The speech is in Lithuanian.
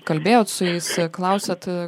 kalbėjot su jais klausėt